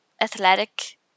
athletic